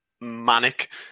manic